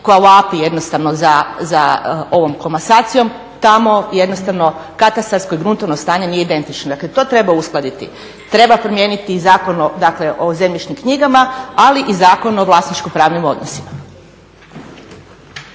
koja vapi jednostavno za ovom komasacijom, tamo jednostavno katastarsko i gruntovno stanje nije identično, dakle to treba uskladiti. Treba promijeniti i Zakon o zemljišnim knjigama, ali i Zakon o vlasničko-pravnim odnosima.